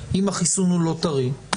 אם החיסון לא טרי,